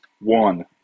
one